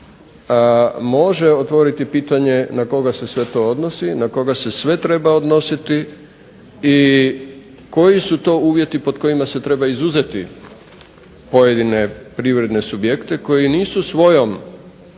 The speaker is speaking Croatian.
može otvoriti pitanje na koga se sve to odnosi, na koga se sve treba odnositi i koji su to uvjeti pod kojima se treba izuzeti pojedine privredne subjekte koji nisu svojom